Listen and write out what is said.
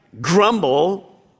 grumble